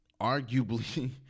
arguably